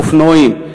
אופנועים,